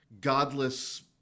godless